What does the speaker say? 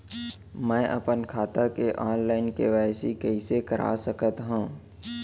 मैं अपन खाता के ऑनलाइन के.वाई.सी कइसे करा सकत हव?